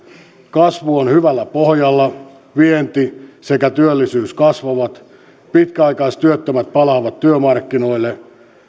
kasvu on hyvällä pohjalla vienti sekä työllisyys kasvavat pitkäaikaistyöttömät palaavat työmarkkinoille